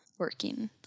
working